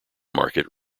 market